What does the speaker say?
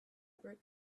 bert